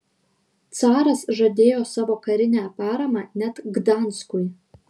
caras žadėjo savo karinę paramą net gdanskui